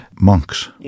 monks